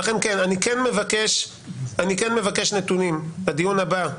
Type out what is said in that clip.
ולכן אני כן מבקש נתונים לדיון הבא,